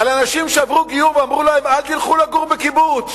על אנשים שעברו גיור ואמרו להם: אל תלכו לגור בקיבוץ,